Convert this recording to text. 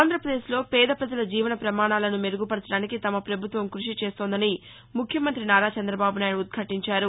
ఆంధ్రప్రదేశ్ లో పేదప్రజల జీవన ప్రమాణాలను మెరుగుపర్చడానికి తమ పభుత్వం కృషి చేస్తోందని ముఖ్యమంతి నారా చంద్రబాబు నాయుడు ఉద్ఘాటించారు